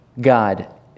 God